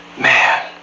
Man